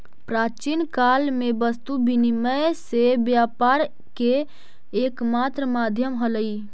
प्राचीन काल में वस्तु विनिमय से व्यापार के एकमात्र माध्यम हलइ